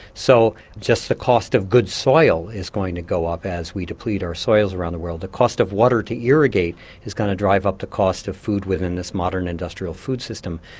so just the cost of good soil is going to go up as we deplete our soils around the world the cost of water to irrigate is going to drive up the cost of food within this modern industrial food system.